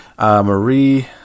Marie